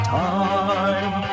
time